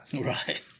Right